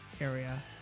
area